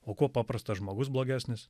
o kuo paprastas žmogus blogesnis